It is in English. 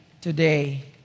today